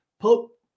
Pope